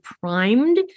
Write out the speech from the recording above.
primed